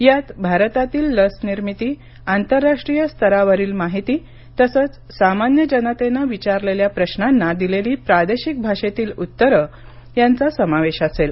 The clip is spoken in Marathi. यात भारतातील लसनिर्मिती आंतरराष्ट्रीय स्तरावरील माहिती तसंच सामान्य जनतेनं विचारलेल्या प्रश्नांना दिलेली प्रादेशिक भाषेतील उत्तर यांचा समावेश असेल